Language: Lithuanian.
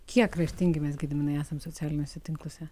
kiek raštingi mes gediminai esam socialiniuose tinkluose